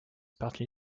partly